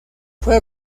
fue